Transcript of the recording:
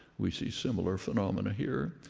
we see similar phenomena here.